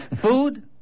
Food